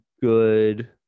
good